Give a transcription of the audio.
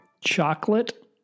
chocolate